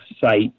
site